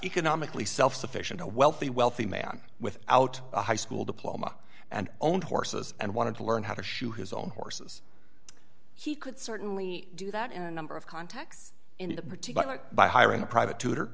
economically self sufficient a wealthy wealthy man without a high school diploma and owned horses and wanted to learn how to shoe his own horses he could certainly do that in a number of contexts in a particular by hiring a private